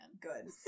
Good